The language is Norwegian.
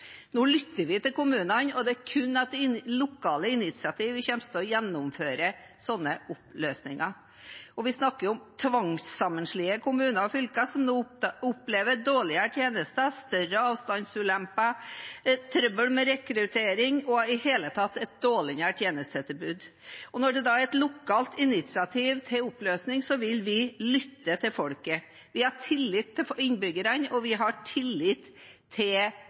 Nå lytter vi til kommunene, og det er kun etter lokale initiativ at vi kommer til å gjennomføre sånne oppløsninger. Vi snakker om tvangssammenslåtte kommuner og fylker som nå opplever dårligere tjenester, større avstandsulemper, trøbbel med rekruttering og i det hele tatt et dårligere tjenestetilbud. Når det da er et lokalt initiativ til oppløsning, vil vi lytte til folket. Vi har tillit til innbyggerne, og vi har tillit til